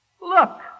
Look